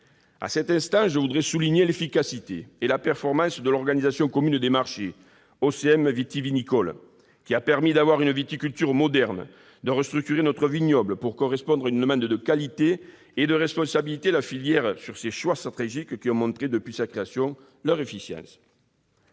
À cet instant, je voudrais souligner l'efficacité et la performance de l'organisation commune du marché vitivinicole, qui a permis d'avoir une viticulture moderne, de restructurer notre vignoble pour correspondre à une demande de qualité et de responsabiliser la filière sur ses choix stratégiques, qui ont montré, depuis sa création, leur efficience.